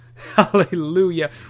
hallelujah